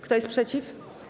Kto jest przeciw?